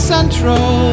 Central